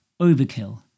Overkill